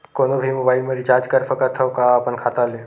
कोनो भी मोबाइल मा रिचार्ज कर सकथव का अपन खाता ले?